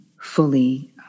fully